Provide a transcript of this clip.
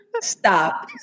Stop